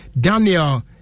Daniel